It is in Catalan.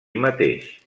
mateix